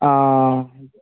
ആ